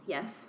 Yes